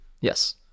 Yes